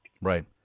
Right